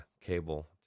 cable